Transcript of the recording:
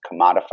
commodified